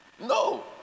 No